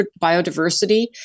biodiversity